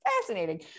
fascinating